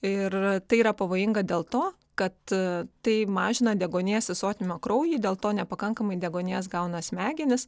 ir tai yra pavojinga dėl to kad tai mažina deguonies įsotinimą kraujy dėl to nepakankamai deguonies gauna smegenys